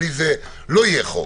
כי בלי זה לא יהיה חוק,